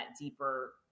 deeper